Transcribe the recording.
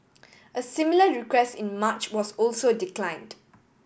a similar request in March was also declined